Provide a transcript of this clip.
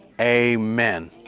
amen